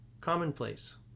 Commonplace